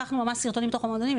לקחנו ממש סרטונים מתוך המועדונים.